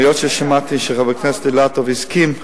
היות ששמעתי שחבר הכנסת אילטוב הסכים,